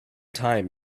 thyme